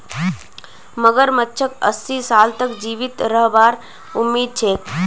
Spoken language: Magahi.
मगरमच्छक अस्सी साल तक जीवित रहबार उम्मीद छेक